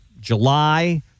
July